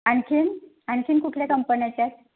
आणखीन आणखीन कुठल्या कंपन्याच्या आहेत